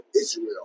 Israel